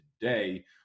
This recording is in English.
today